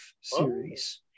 series